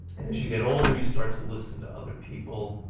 and as you get older you start to listen to other people